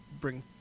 bring